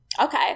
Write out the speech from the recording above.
Okay